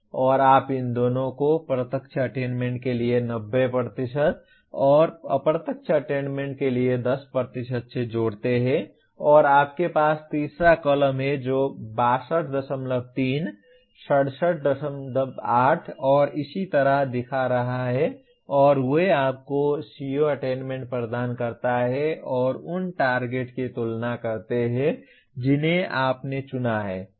और आप इन दोनों को प्रत्यक्ष अटेन्मेन्ट के लिए 90 और अप्रत्यक्ष अटेन्मेन्ट के लिए 10 से जोड़ते हैं और आपके पास तीसरा कॉलम है जो 623 678 और इसी तरह दिखा रहा है और वे आपको CO अटेन्मेन्ट प्रदान करते हैं और उन टारगेट की तुलना करते हैं जिन्हें आपने चुना है